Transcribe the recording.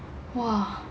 !wah!